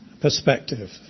perspective